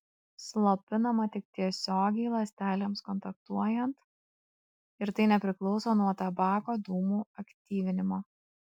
slopinama tik tiesiogiai ląstelėms kontaktuojant ir tai nepriklauso nuo tabako dūmų aktyvinimo